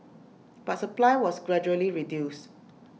but supply was gradually reduced